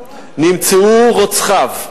נמצאו רוצחיו,